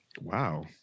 Wow